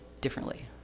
differently